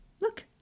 Look